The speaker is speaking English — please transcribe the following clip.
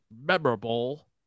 memorable